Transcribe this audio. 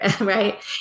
right